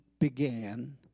began